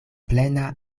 plena